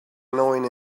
annoying